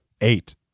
Eight